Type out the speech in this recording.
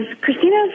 Christina